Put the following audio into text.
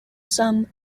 some